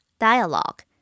Dialogue